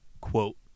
quote